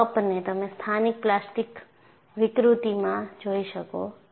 ને તમે સ્થાનિક પ્લાસ્ટિક વિકૃતિમાં જોઈ શકો છો